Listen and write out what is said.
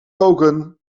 koken